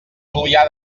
julià